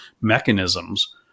mechanisms